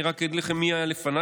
אני רק אגיד לכם מי היה לפניי,